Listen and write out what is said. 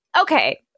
Okay